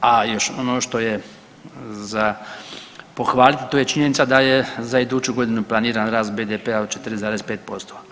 A još ono što je za pohvaliti to je činjenica da je za iduću godinu planiran rast BDP-a od 4,5%